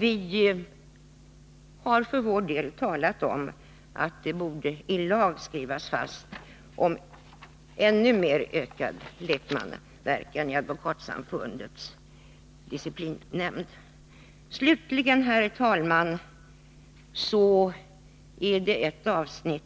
Vi har för vår del ansett att det borde i lag skrivas in ett ännu mer ökat lekmannainflytande i Advokatsamfundets disciplinnämnd än vad utskottet föreslår. Slutligen, herr talman, har vi en reservation